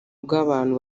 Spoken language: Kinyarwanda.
bw’abantu